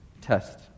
test